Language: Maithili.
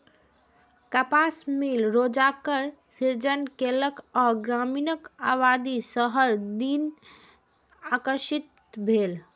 कपास मिल रोजगारक सृजन केलक आ ग्रामीण आबादी शहर दिस आकर्षित भेल